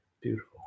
Beautiful